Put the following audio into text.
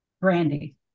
Brandy